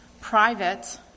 private